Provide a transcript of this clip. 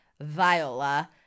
Viola